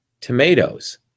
tomatoes